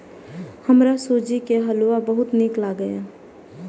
हमरा सूजी के हलुआ बहुत नीक लागैए